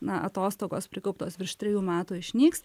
na atostogos prikauptos virš trijų metų išnyks